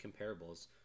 comparables